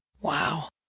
wow